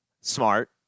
smart